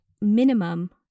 minimum